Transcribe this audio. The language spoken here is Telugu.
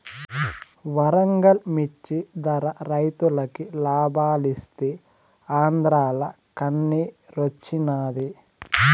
వరంగల్ మిచ్చి ధర రైతులకి లాబాలిస్తీ ఆంద్రాల కన్నిరోచ్చినాది